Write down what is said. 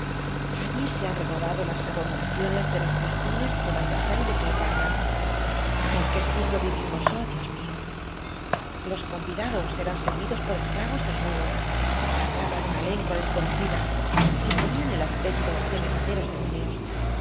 llí se han renovado tas abommacioaes de los ostines de baltasar y de cleopatra ea qué siglo vvim os o h dios mfoi los convidados eran servidos por esclavos desnudos yque hablaban una lengua desconocí da y tenían el aspecto de verdaderos demonio